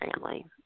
family